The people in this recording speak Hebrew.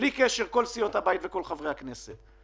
כל סיעות הבית וכל חברי הכנסת.